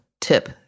tip